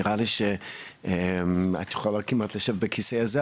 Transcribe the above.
נראה לי שאת יכולה כמעט לשבת בכיסא הזה שלי,